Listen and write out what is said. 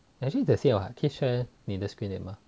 actually the same [what] 可以 share 你的 screen 而已 mah